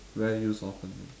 very used oftenly